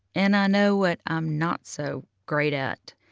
and i know what i'm not so great at.